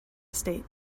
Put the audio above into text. estate